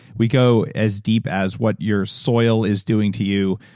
we go as deep as what your soil is doing to you.